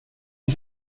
ich